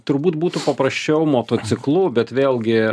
turbūt būtų paprasčiau motociklu bet vėlgi